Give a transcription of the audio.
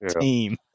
team